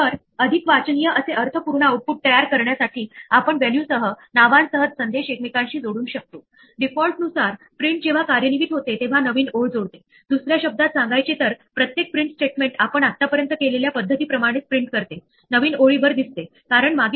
दुसरीकडे name error code execute होणार नाही जर माझ्याकडे फक्त नेम एरर होती आणि माझ्याकडे जर एखादी झिरो डिव्हिजन होती तर उदाहरणार्थ तिथे प्रथम नेम एरर आहे ते पहिले इथे येणार आणि शोधेल की तिथे इंडेक्स वर नाही नंतर इथे येईल आणि म्हणेल तिथे नेम एरर आहे आणि कोड कार्यान्वित होईल